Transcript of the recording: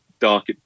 Dark